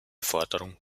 forderung